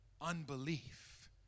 unbelief